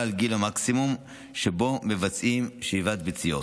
על גיל המקסימום שבו מבצעים שאיבת ביציות.